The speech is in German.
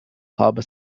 habe